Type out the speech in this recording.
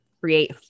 Create